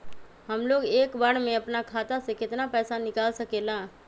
हमलोग एक बार में अपना खाता से केतना पैसा निकाल सकेला?